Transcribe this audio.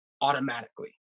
automatically